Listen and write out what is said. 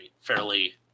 fairly